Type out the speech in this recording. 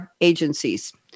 agencies